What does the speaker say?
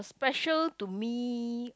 special to me